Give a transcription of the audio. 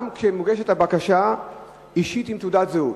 גם כשהבקשה מוגשת אישית, עם תעודת זהות.